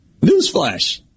Newsflash